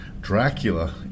Dracula